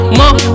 more